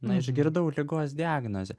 na išgirdau ligos diagnozę